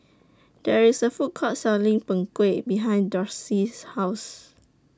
There IS A Food Court Selling Png Kueh behind Darcy's House